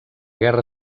guerra